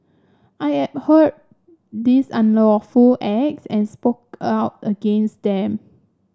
I abhorred these unlawful acts and spoke out against them